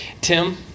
Tim